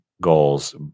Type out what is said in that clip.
goals